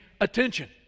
attention